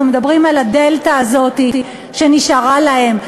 אנחנו מדברים על הדלתא הזאת שנשארה להם.